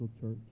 church